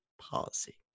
policy